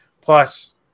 Plus